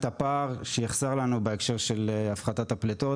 את הפער שיחסר לנו בהקשר של הפחתת הפליטות